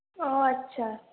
ও আচ্ছা